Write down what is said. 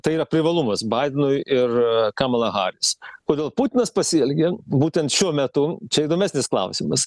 tai yra privalumas baidenui ir kamala haris kodėl putinas pasielgė būtent šiuo metu čia įdomesnis klausimas